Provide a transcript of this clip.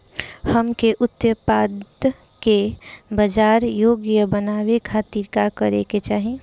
हमके उत्पाद के बाजार योग्य बनावे खातिर का करे के चाहीं?